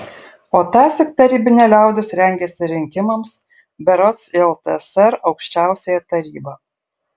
o tąsyk tarybinė liaudis rengėsi rinkimams berods į ltsr aukščiausiąją tarybą